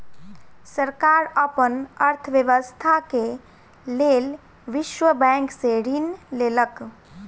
सरकार अपन अर्थव्यवस्था के लेल विश्व बैंक से ऋण लेलक